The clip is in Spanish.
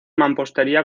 mampostería